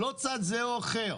לא צד זה או אחר.